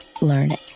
learning